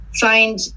find